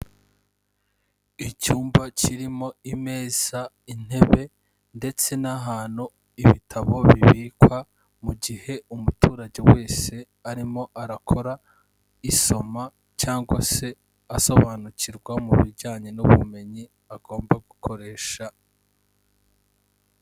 Icyumba kirimo imeza, intebe ndetse n'ahantu ibitabo bibikwa mu gihe umuturage wese arimo arakora isoma cyangwa se asobanukirwa mu bijyanye n'ubumenyi agomba gukoresha.